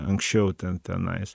anksčiau ten tenais